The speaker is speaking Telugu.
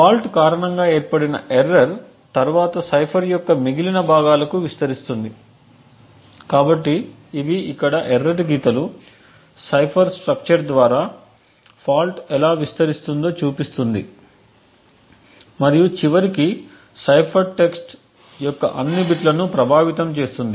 ఫాల్ట్ కారణంగా ఏర్పడిన ఎర్రర్ తర్వాత సైఫర్ యొక్క మిగిలిన భాగాలకు విస్తరిస్తుంది కాబట్టి ఇవి ఇక్కడ ఎర్రటి గీతలు సైఫర్ స్ట్రక్చర్ ద్వారా ఫాల్ట్ ఎలా విస్తరిస్తుందో చూపిస్తుంది మరియు చివరికి సైఫర్ టెక్స్ట్యొక్క అన్ని బిట్లను ప్రభావితం చేస్తుంది